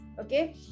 okay